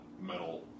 metal